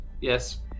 Yes